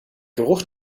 geruch